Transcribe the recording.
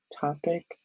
topic